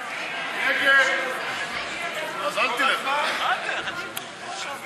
בעד החוק, ההצעה להסיר